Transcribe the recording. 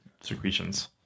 secretions